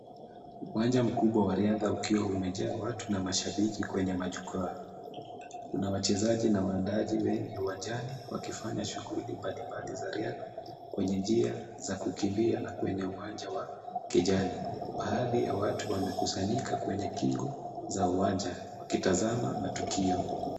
Uwanja mkubwa wa riadha ukiwa umejaa watu na mashabiki kwenye majukwaa. Kuna wachezaji na waandaji wengi uwanjani wakifanya shughuli mbali mbali za riadha kwenye njia za kukimbia na kwenye uwanja wa kijani. Baadhi ya watu wamekusanyika kwenye kingo za uwanja wakitazama matokeo.